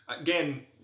again